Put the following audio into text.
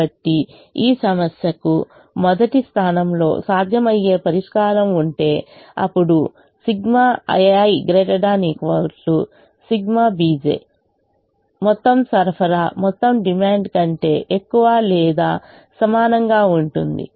కాబట్టి ఈ సమస్యకు మొదటి స్థానంలో సాధ్యమయ్యే పరిష్కారం ఉంటే అప్పుడు ∑ ai ≥∑ bj మొత్తం సరఫరా మొత్తం డిమాండ్ కంటే ఎక్కువ లేదా సమానంగా ఉంటుంది